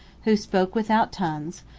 who spoke without tongues,